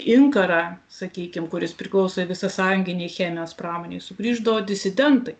inkarą sakykim kuris priklausė visasąjunginei chemijos pramonei sugrįždavo disidentai